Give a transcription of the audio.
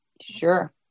Sure